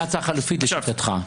מה ההצעה החלופית לשיטתך?